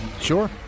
Sure